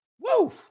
Woo